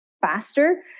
faster